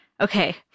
Okay